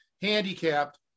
handicapped